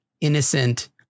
innocent